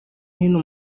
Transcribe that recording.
hino